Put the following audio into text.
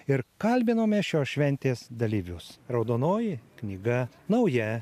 ir kalbinome šios šventės dalyvius raudonoji knyga nauja